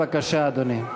בבקשה, אדוני.